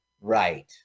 Right